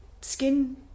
skin